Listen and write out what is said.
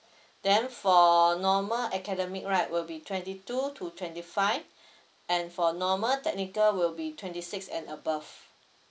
then for normal academic right will be twenty two to twenty five and for normal technical will be twenty six and above